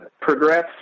progress